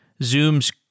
zoom's